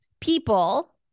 people